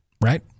Right